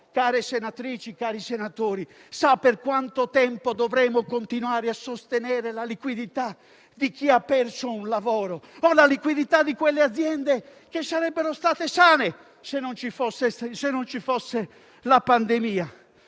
care senatrici e cari senatori, sa per quanto tempo dovremo continuare a sostenere la liquidità di chi ha perso un lavoro o di quelle aziende che sarebbero state sane, se non ci fosse la pandemia.